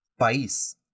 País